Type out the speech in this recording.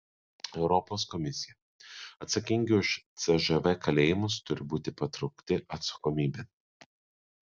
europos komisija atsakingi už cžv kalėjimus turi būti patraukti atsakomybėn